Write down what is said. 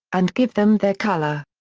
and give them their color.